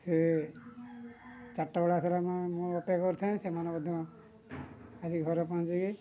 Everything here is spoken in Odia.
ସେ ଚାରିଟା ବେଳେ ଆସିଲେ ମୁଁ ଅପେକ୍ଷା କରିଥାଏ ସେମାନେ ମଧ୍ୟ ଆସି ଘରେ ପହଁଞ୍ଚିକି